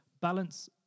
balance